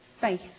faith